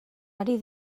ari